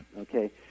Okay